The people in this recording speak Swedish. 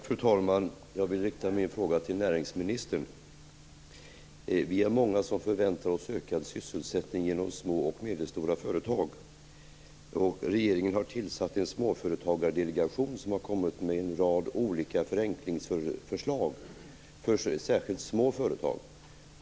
Fru talman! Jag vill rikta min fråga till näringsministern. Vi är många som förväntar oss ökad sysselsättning genom små och medelstora företag. Regeringen har tillsatt en småföretagardelegation som har kommit med en rad olika förenklingsförslag, särskilt för små företag.